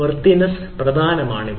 worthiness പ്രധാനമാണ് ഇവിടെ